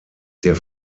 der